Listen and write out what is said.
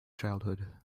childhood